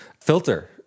filter